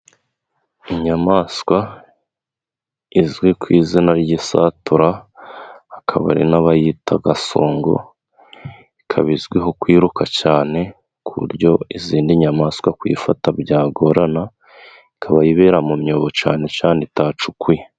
Inyamaswa izwi ku izina ry'isatura, hakaba hari n'abayita gasongo, ikaba izwiho kwiruka cyane, ku buryo izindi nyamaswa kuyifata byagorana, ikaba yibera mu myobo cyane cyane itacukuye.